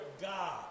God